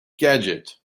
gadget